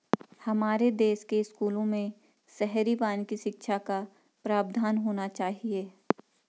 हमारे देश के स्कूलों में शहरी वानिकी शिक्षा का प्रावधान होना चाहिए